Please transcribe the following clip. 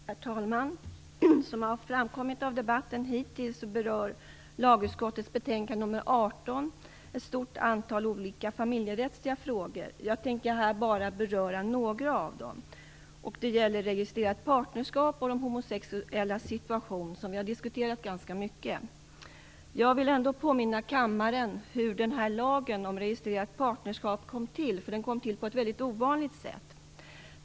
Herr talman! Som framkommit av debatten hittills berör lagutskottets betänkande nr 18 ett stort antal olika familjerättsliga frågor. Jag tänker här bara beröra några av dem, nämligen frågan om registrerat partnerskap och de homosexuellas situation, som vi har diskuterat ganska mycket. Jag vill påminna kammaren om hur lagen om registrerat partnerskap kom till. Den kom nämligen till på ett väldigt ovanligt sätt.